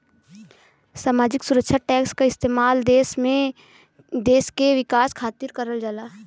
सामाजिक सुरक्षा टैक्स क इस्तेमाल देश के विकास खातिर करल जाला